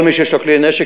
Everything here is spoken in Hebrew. כל מי שיש לו כלי נשק,